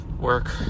work